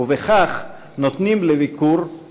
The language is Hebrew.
ובכך נותנים לביקור זה